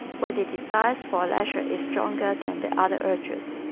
when the desire for leisure is stronger than the other urges,